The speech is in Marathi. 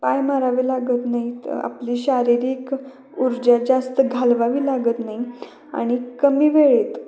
पाय मारावे लागत नाहीत आपले शारीरिक ऊर्जा जास्त घालवावी लागत नाही आणि कमी वेळेत